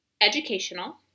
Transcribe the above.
Educational